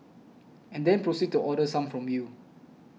and then proceed to order some from you